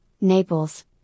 Naples